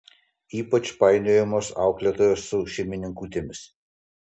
ypač painiojamos auklėtojos su šeimininkutėmis